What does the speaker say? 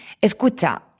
Escucha